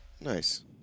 nice